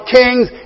kings